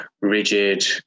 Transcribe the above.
rigid